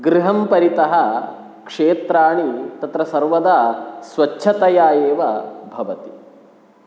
गृहं परितः क्षेत्राणि तत्र सर्वदा स्वच्छतया एव भवति